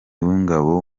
w’ingabo